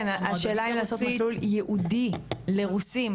כן השאלה היא האם יש מסלול ייעודי לדוברי רוסית,